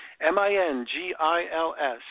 M-I-N-G-I-L-S